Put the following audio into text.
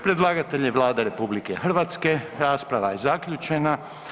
Predlagatelj je Vlada RH, rasprava je zaključena.